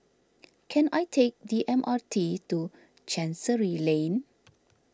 can I take the M R T to Chancery Lane